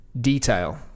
detail